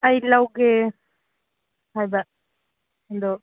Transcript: ꯑꯩ ꯂꯧꯒꯦ ꯍꯥꯏꯕ ꯑꯗꯣ